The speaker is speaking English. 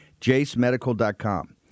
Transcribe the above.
JaceMedical.com